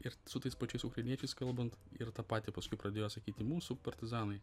ir su tais pačiais ukrainiečiais kalbant ir tą patį paskui pradėjo sakyti mūsų partizanai